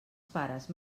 pares